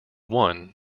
one